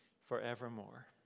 forevermore